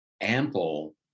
ample